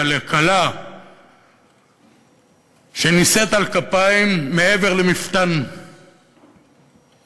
לכלה שנישאת על כפיים מעבר למפתן דלתה,